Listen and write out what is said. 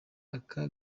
aka